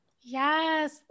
Yes